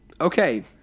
Okay